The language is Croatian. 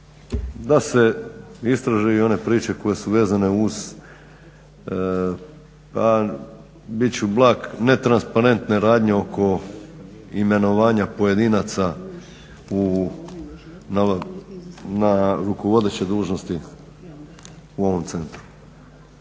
da se istraže i one priče koje su vezane uz, a biću blag netransparentne radnje oko imenovanja pojedinaca na rukovodeće dužnosti u ovom centru.